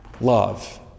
love